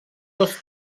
dos